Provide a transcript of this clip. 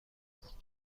است